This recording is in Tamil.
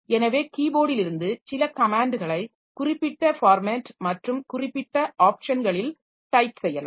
எனவே கீபோர்டிலிருந்து சில கமேன்ட்களை குறிப்பிட்ட ஃபார்மட் மற்றும் குறிப்பிட்ட ஆப்ஷன்களில் டைப் செய்யலாம்